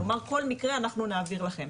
לומר כל מקרה אנחנו נעביר לכם.